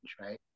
right